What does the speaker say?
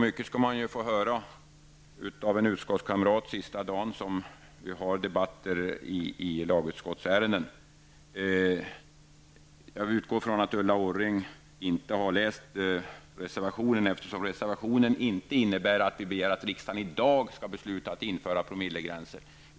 Mycket skall man få höra av en utskottskamrat sista dagen som vi har debatter i lagutskottsärenden. Jag utgår från att Ulla Orring inte har läst reservationen, eftersom reservationen inte innebär att vi begär att riksdagen i dag skall besluta införa promillegränser.